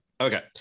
Okay